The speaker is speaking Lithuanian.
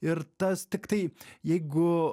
ir tas tiktai jeigu